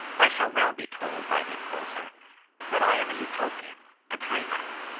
i shall now be told by the opposer that i am a uto pian, a dreamer,